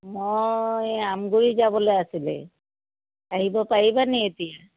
মই আমগুৰি যাবলৈ আছিলে আহিব পাৰিবানি এতিয়া